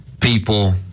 people